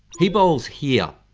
he bowls here.